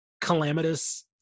calamitous